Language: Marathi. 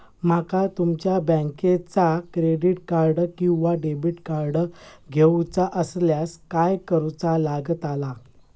माका तुमच्या बँकेचा क्रेडिट कार्ड किंवा डेबिट कार्ड घेऊचा असल्यास काय करूचा लागताला?